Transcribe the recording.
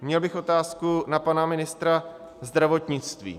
Měl bych otázku, na pana ministra zdravotnictví.